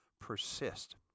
persist